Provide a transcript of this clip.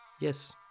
Yes